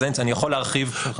אז אני יכול להרחיב.